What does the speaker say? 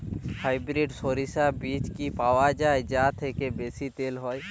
Hybrid শরিষা বীজ কি পাওয়া য়ায় যা থেকে বেশি তেল হয়?